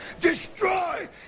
destroy